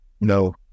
No